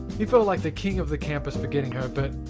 he felt like the king of the campus for getting her but,